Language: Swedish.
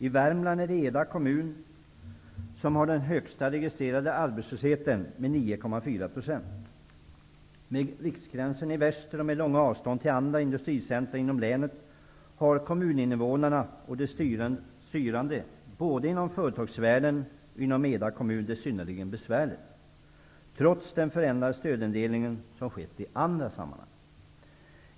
I Värmland är det Eda kommun som har den högsta registrerade arbetslösheten med 9,4 %. Med riksgränsen i väster, och med långa avstånd till andra industricentra inom länet, har kommuninnevånarna och de styrande inom både företagsvärlden och inom Eda kommun det synnerligen besvärligt, trots den förändrade stödindelning som skett i andra sammanhang.